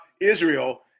Israel